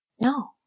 No